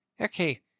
Okay